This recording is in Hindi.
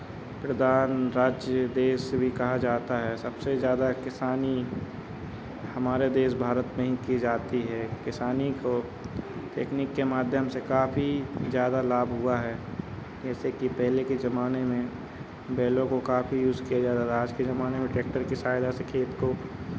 प्रधान राज्य देश भी कहा जाता है सबसे ज़्यादा किसानी हमारे देश भारत में ही की जाती है किसानी को टेकनीक के माध्यम से काफ़ी ज़्यादा लाभ हुआ है जैसे कि पहले के ज़माने में बैलों को काफ़ी यूज़ किया जाता था आज के ज़माने में ट्रैक्टर की सहायता से खेत को